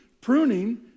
pruning